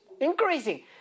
Increasing